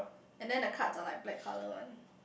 and then the cards are like black colour one